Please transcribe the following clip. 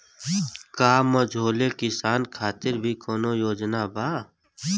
का मझोले किसान खातिर भी कौनो योजना बा?